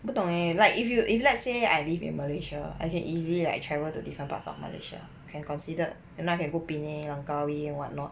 不懂 leh like if you if let's say I live in malaysia I can easily like travel to different parts of malaysia can considered you know I can penang or kauwee and what not